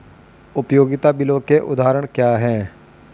उपयोगिता बिलों के उदाहरण क्या हैं?